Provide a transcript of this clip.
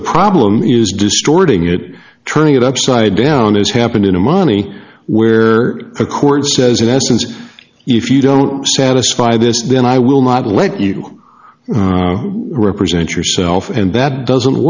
the problem is distorting it turning it upside down as happened in a money where a court says in essence if you don't satisfy this then i will not let you represent yourself and that doesn't